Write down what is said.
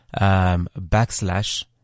backslash